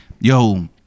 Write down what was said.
Yo